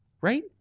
right